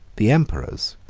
the emperors,